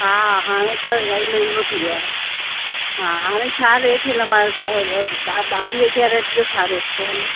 हा हाणे त इलाही महांगो थी वियो आहे हा हाणे छा रेट हिन बार ब ब बावीह केरट जो छा रेट थो हले